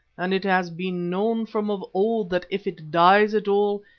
and it has been known from of old that if it dies at all,